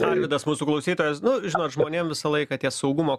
arvydas mūsų klausytojas nu žinot žmonėm visą laiką tie saugumo